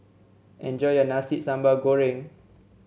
enjoy your Nasi Sambal Goreng